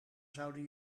zouden